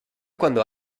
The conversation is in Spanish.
cuando